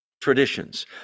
traditions